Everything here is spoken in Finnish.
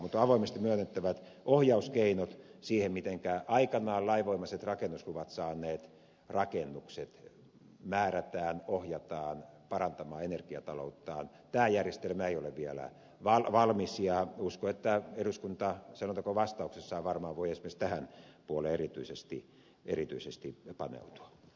mutta on avoimesti myönnettävä että ohjauskeinot siihen mitenkä aikanaan lainvoimaiset rakennusluvat saaneet rakennukset määrätään ohjataan parantamaan energiatalouttaan tämä järjestelmä ei ole vielä valmis ja uskon että eduskunta selontekovastauksessaan varmaan voi esimerkiksi tähän puoleen erityisesti paneutua